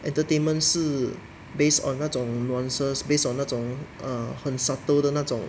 entertainment 是 based on 那种 nuances based on 那种 err 很 subtle 的那种